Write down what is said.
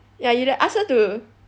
ya you ask her to